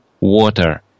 water